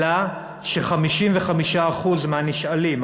עלה ש-55% מהנשאלים,